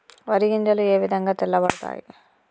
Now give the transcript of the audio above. వరి గింజలు ఏ విధంగా తెల్ల పడతాయి?